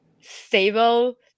stable